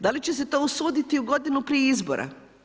Da li će se to usuditi u godini prije izbora?